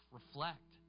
reflect